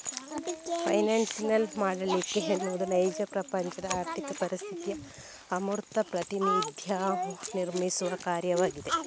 financial modelling ಎನ್ನುವುದು ನೈಜ ಪ್ರಪಂಚದ ಆರ್ಥಿಕ ಪರಿಸ್ಥಿತಿಯ ಅಮೂರ್ತ ಪ್ರಾತಿನಿಧ್ಯವನ್ನು ನಿರ್ಮಿಸುವ ಕಾರ್ಯವಾಗಿದೆ